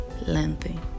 lengthy